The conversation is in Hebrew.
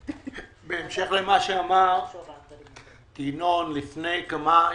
בהמשך למה שאמר ינון, לפני כמה ימים,